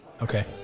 okay